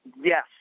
Yes